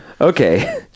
okay